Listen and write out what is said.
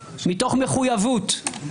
מתוך מחויבות,